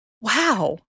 Wow